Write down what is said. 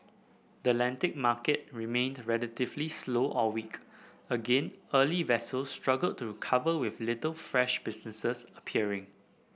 the Atlantic market remained relatively slow all week again early vessels struggled to cover with little fresh businesses appearing